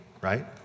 right